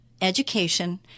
education